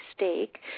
mistake